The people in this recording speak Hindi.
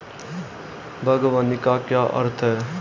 बागवानी का क्या अर्थ है?